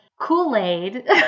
Kool-Aid